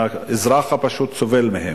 שהאזרח הפשוט סובל מהן.